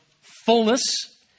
fullness